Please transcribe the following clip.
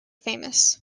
famous